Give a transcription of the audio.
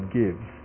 gives